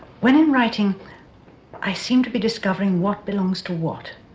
when in writing i seem to be discovering what belongs to what,